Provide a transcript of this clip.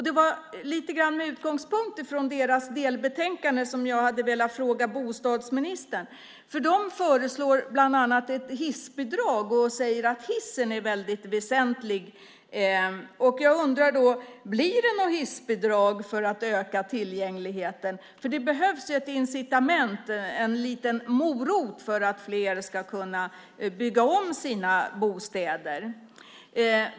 Det var lite grann med utgångspunkt från Äldreboendedelegationens delbetänkande som jag hade velat ställa min fråga till bostadsministern, för de föreslår bland annat ett hissbidrag och säger att hissen är väldigt väsentlig. Jag undrar då: Blir det något hissbidrag för att öka tillgängligheten? Det behövs ett incitament, en liten morot, för att fler ska bygga om sina bostadshus.